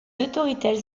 autorités